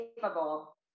capable